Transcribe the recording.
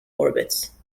orbits